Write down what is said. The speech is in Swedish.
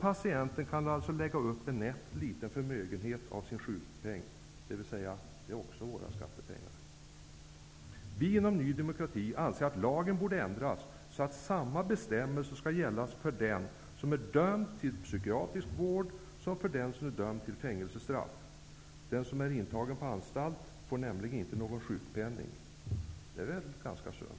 Patienten kan lägga upp en nätt liten förmögenhet av sina sjukpengar -- det är också våra skattepengar. Vi inom Ny demokrati anser att lagen borde ändras så, att samma bestämmelser skall gälla för den som är dömd till psykiatrisk vård som för den som är dömd till fängelsestraff. Den som är intagen på anstalt får nämligen inte någon sjukpenning. Det är väl ganska sunt.